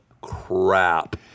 crap